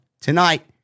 tonight